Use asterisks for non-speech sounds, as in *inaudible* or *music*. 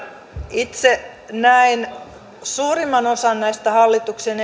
itse näen suurimman osan näistä hallituksen *unintelligible*